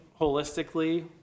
holistically